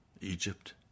Egypt